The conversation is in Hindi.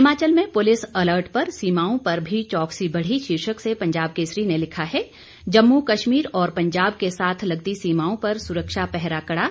हिमाचल में पुलिस अलर्ट पर सीमाओं पर भी चौकसी बढ़ी शीर्षक से पंजाब केसरी ने लिखा है जम्मू कश्मीर और पंजाब के साथ लगती सीमाओं पर सुरक्षा पहरा कड़ा